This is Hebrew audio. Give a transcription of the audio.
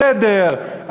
הסדר,